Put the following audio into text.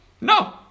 No